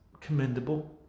commendable